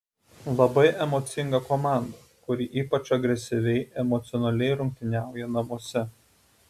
labai emocinga komanda kuri ypač agresyviai emocionaliai rungtyniauja namuose